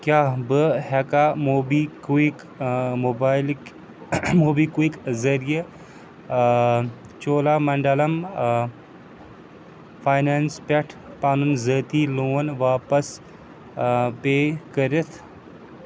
کیٛاہ بہٕ ہٮ۪کاہ موبی کُیِک موٚبایلٕکۍ موبی کُیِک ذٔریعہٕ چولا منڈَلَم فَینینٕس پٮ۪ٹھ پَنُن ذٲتی لون واپس پے کٔرِتھ